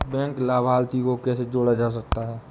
Bank लाभार्थी को कैसे जोड़ा जा सकता है?